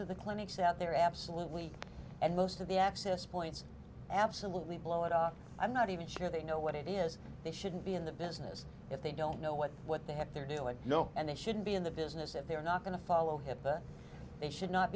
of the clinics out there absolutely and most of the access points absolutely blow it out i'm not even sure they know what it is they shouldn't be in the business if they don't know what what the heck they're doing know and they shouldn't be in the business if they're not going to follow it but they should not